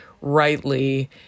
rightly